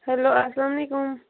hello اسلامُ علیکُم